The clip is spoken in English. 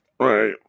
Right